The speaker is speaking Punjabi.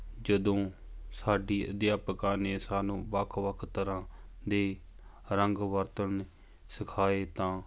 ਜਦੋਂ ਸਾਡੀ ਅਧਿਆਪਿਕਾ ਨੇ ਸਾਨੂੰ ਵੱਖ ਵੱਖ ਤਰ੍ਹਾਂ ਦੇ ਰੰਗ ਵਰਤਣੇ ਸਿਖਾਏ ਤਾਂ